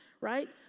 right